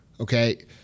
okay